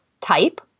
type